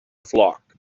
flock